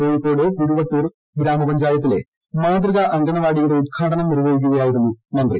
കോഴിക്കോട് കുരുവട്ടൂർ ഗ്രാമപഞ്ചായത്തിലെ മാതൃകാ അങ്കണവാടിയുടെ ഉദ്ഘാടനം നിർവ്വഹിക്കുകയായിരുന്നു മന്ത്രി